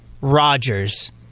Rodgers